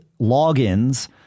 logins